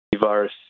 virus